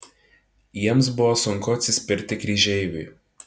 jiems buvo sunku atsispirti kryžeiviui